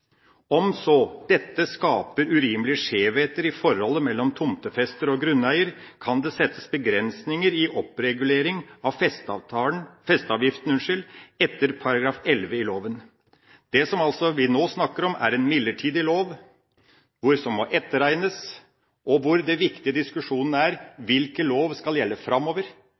Om så dette skaper urimelige skjevheter i forholdet mellom tomtefester og grunneier, kan det settes begrensninger i oppregulering av festeavgiften etter § 11 i loven. Det vi nå snakker om, er en midlertidig lov, hvor det må etterregnes og hvor den viktige diskusjonen er: Hvilken lov skal gjelde framover?